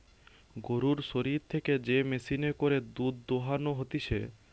গরুর শরীর থেকে যে মেশিনে করে দুধ দোহানো হতিছে